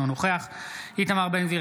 אינו נוכח איתמר בן גביר,